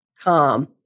calm